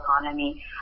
economy